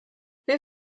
wir